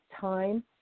time